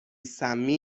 سمی